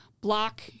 Block